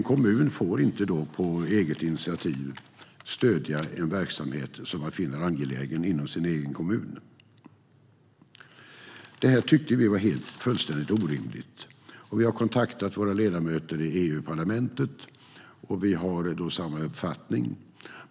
En kommun får i dag inte på eget initiativ stödja en verksamhet som man finner angelägen inom sin egen kommun. Detta tycker vi är helt orimligt. Vi har därför kontaktat våra ledamöter i EU-parlamentet, och vi har samma uppfattning.